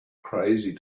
crazy